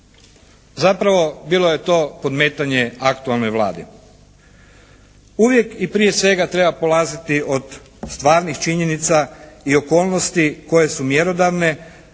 Zapravo bilo je to podmetanje aktualnoj Vladi. Uvijek i prije svega treba polaziti od stvarnih činjenica i okolnosti koje su mjerodavne